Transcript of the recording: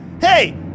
Hey